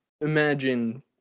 imagine